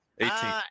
18